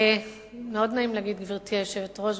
מאוד נעים להגיד "גברתי היושבת-ראש,